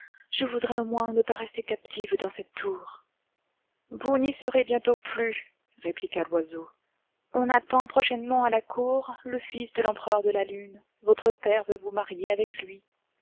je voudrais au moins ne pas rester captive dans cette tour vous n'y serez bientôt plus répliqua l'oiseau on attend prochainement à la cour le fils de l'empereur de la lune votre père veut vous marier avec lui